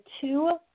two